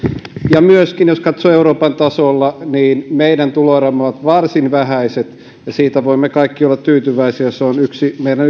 myöskin jos katsoo euroopan tasolla meidän tuloeromme ovat varsin vähäiset ja siitä voimme kaikki olla tyytyväisiä se on yksi meidän